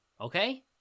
Okay